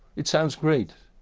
it sounds great.